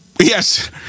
Yes